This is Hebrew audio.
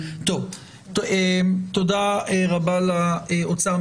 תודה רבה לאוצר.